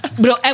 bro